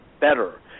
better